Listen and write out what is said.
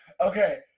Okay